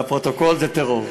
לפרוטוקול, זה טרור.